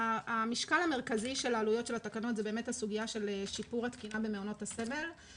המשקל המרכזי של עלויות התקנות זה הסוגיה של שיפור התקינה במעונות הסמל.